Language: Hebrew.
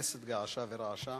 הכנסת געשה ורעשה.